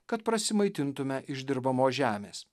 kad prasimaitintume iš dirbamos žemės